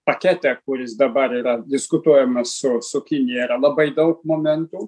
pakete kuris dabar yra diskutuojamas su su kinija yra labai daug momentų